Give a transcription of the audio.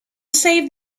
save